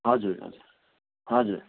हजुर हजुर हजुर